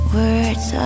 words